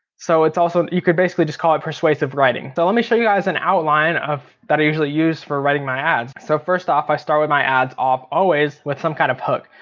so it's also, you could basically just call it persuasive writing. so let me show you guys an outline that that i usually use for writing my ads. so first off i start with my ads off always with some kind of hook.